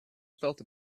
felt